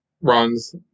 Runs